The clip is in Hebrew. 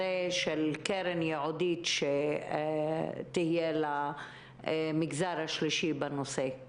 של קרן ייעודית שתהיה למגזר השלישי בנושא.